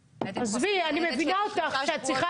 עזבי, אני מבינה אותך שאת צריכה